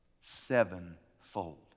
sevenfold